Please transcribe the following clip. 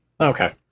Okay